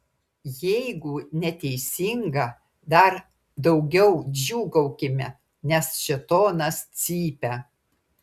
jeigu neteisinga dar daugiau džiūgaukime nes šėtonas cypia